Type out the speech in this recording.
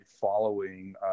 following